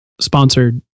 sponsored